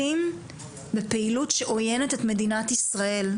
בפעילות שעויינת את מדינת ישראל.